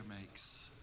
makes